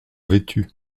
vêtu